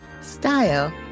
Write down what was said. style